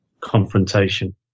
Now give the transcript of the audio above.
Confrontation